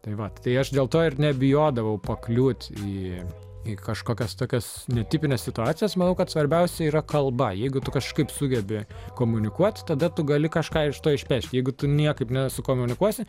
tai vat tai aš dėl to ir nebijodavau pakliūti į į kažkokias tokias netipines situacijas manau kad svarbiausia yra kalba jeigu tu kažkaip sugebi komunikuoti tada tu gali kažką iš to išpešti jeigu tu niekaip nesukomunikuosi